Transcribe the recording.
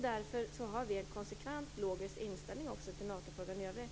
Därför har vi en konsekvent logisk inställning i Natofrågan i övrigt.